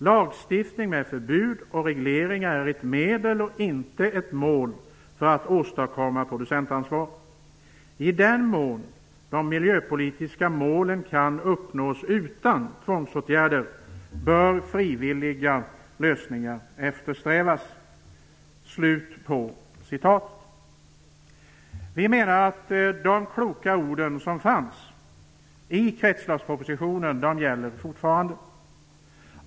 Lagstiftning med förbud och regleringar är ett medel och inte ett mål för att åstadkomma producentansvar. I den mån de miljöpolitiska målen kan uppnås utan tvångsåtgärder bör frivilliga lösningar eftersträvas." Vi menar att de kloka orden i kretsloppspropositionen fortfarande gäller.